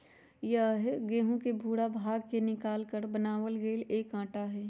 यह गेहूं के भूरा भाग के निकालकर बनावल गैल एक आटा हई